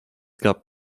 gab